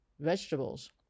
vegetables